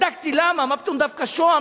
בדקתי למה, מה פתאום דווקא שוהם.